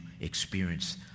experience